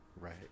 right